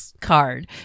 card